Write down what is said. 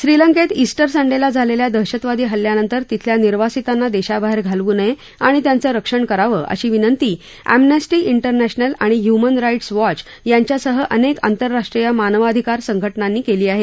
श्रीलंकेत इस्टर संडेला झालेल्या दहशतवादी हल्ल्यानंतर तिथल्या निर्वासितांना देशाबाहेर घालवू नये आणि त्यांच रक्षण करावं अशी विनंती एम्नेस्टी इंटरनॅशनल आणि द्युमन राइट्स वॉच यांच्यासह अनेक आंतरराष्ट्रीय मानवाधिकार संघटनांनी केली आहे